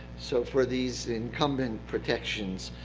so for these incumbent protections,